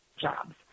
jobs